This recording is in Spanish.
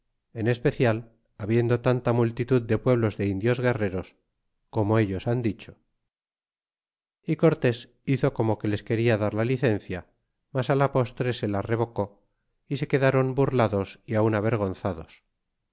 en especial habiendo tanta multitud de pueblos de indios guerreros como ellos han dicho y cortés hizo como que les quería dar la licencia mas la postre se la revocó y se quedron burlados y aun avergonzados